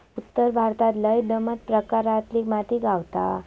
उत्तर भारतात लय दमट प्रकारातली माती गावता